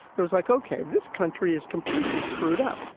it was like, okay. this country is completely screwed up.